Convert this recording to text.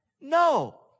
No